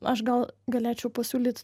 aš gal galėčiau pasiūlyt